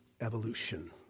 evolution